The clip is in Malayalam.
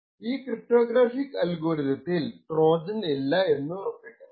ഈ ക്രിപ്റ്റോഗ്രാഫിക് അൽഗോരി തത്തിൽ ട്രോജൻ ഇല്ലാ എന്നുറപ്പിക്കണം